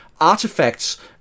artifacts